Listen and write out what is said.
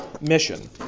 mission